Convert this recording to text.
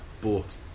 bought